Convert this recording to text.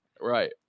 Right